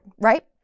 right